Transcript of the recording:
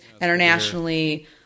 internationally